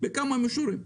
בכמה מישורים.